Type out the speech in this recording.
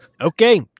Okay